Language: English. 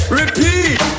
repeat